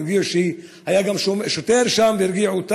והיה גם שוטר שם והרגיעו אותם,